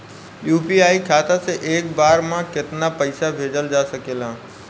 UPI खाता से एक बार म केतना पईसा भेजल जा सकेला?